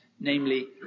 namely